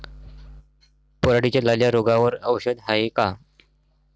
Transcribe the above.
पराटीच्या लाल्या रोगावर औषध हाये का?